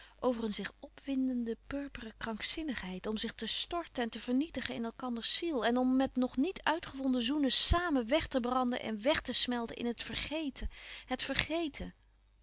over een zich opwindende purperen krankzinnigheid om zich te storten en te vernietigen in elkanders ziel en om met nog niet uitgevonden zoenen samen weg te branden en weg te smelten in het vergeten het vergeten